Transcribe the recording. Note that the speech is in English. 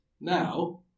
now